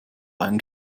einen